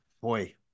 boy